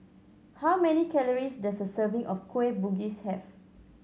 how many calories does a serving of Kueh Bugis have